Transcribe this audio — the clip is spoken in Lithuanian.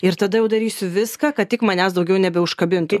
ir tada jau darysiu viską kad tik manęs daugiau nebeužkabintų